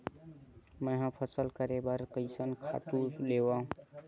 मैं ह फसल करे बर कइसन खातु लेवां?